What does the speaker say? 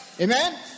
Amen